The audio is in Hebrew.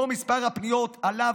מספר הפניות עלה,